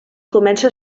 comença